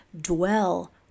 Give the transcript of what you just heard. Dwell